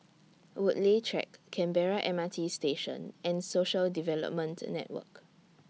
Woodleigh Track Canberra M R T Station and Social Development Network